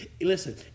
Listen